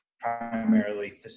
primarily